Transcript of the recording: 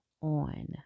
on